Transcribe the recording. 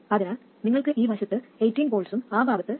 അതിനാൽ നിങ്ങൾക്ക് ഈ വശത്ത് 18 V ഉം ആ ഭാഗത്ത് 6